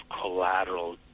collateral